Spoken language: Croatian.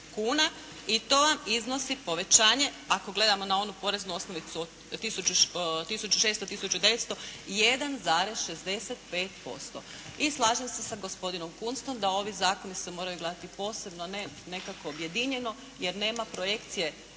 i to vam iznosi povećanje ako gledamo na onu poreznu osnovicu od tisuću 600, tisuću 900 1,65%. I slažem se sa gospodinom Kunstom da ovi zakoni se moraju gledati posebno a ne nekako objedinjeno jer nema projekcije